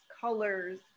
colors